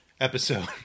episode